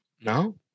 No